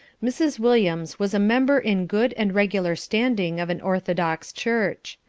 mrs. williams was a member in good and regular standing of an orthodox church.